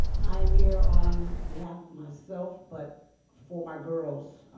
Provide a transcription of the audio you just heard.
i am here on behalf of myself, but for my girls.